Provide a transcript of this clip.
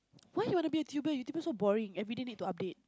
why you want to be a tuber YouTuber so boring everyday need to update